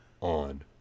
on